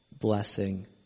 blessing